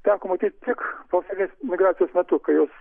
teko matyti tik pavasarinės migracijos metu kai jos